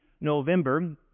November